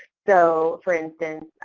so, for instance,